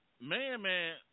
Man-Man